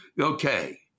Okay